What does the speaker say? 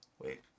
Wait